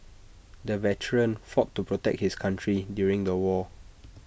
the veteran fought to protect his country during the war